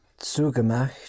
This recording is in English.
zugemacht